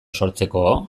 sortzeko